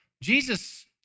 Jesus